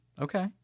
Okay